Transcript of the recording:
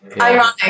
Ironic